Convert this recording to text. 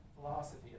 philosophy